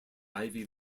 ivy